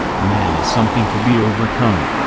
man is something to be overcome.